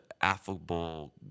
affable